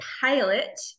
pilot